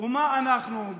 ומה אנחנו,